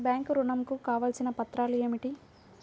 Bank ఋణం కు కావలసిన పత్రాలు ఏమిటి?